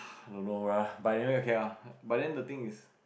I don't know bruh but anyway okay ah but then the thing is